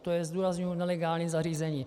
To je zdůrazňuji nelegální zařízení.